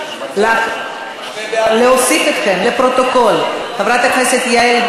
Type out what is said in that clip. טעות, שנייה, מצביעים.